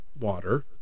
water